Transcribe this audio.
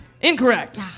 Incorrect